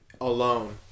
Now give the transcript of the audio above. alone